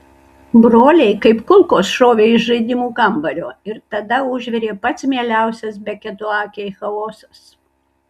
broliai kaip kulkos šovė iš žaidimų kambario ir tada užvirė pats mieliausias beketo akiai chaosas